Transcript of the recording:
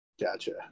Gotcha